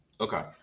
Okay